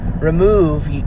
remove